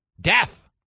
Death